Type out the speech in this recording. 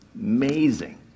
amazing